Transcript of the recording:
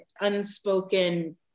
unspoken